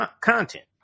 content